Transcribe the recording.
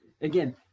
again